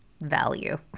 value